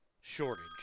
shortage